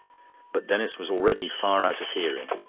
but denis was already far out of hearing,